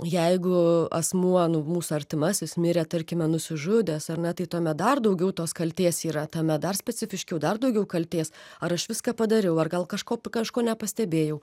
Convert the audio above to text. jeigu asmuo nu mūsų artimasis mirė tarkime nusižudęs ar ne tai tuomet dar daugiau tos kaltės yra tame dar specifiškiau dar daugiau kaltės ar aš viską padariau ar gal kažko kažko nepastebėjau